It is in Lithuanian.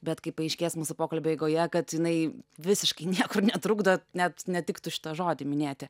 bet kai paaiškės mūsų pokalbio eigoje kad jinai visiškai niekur netrukdo net netiktų šitą žodį minėti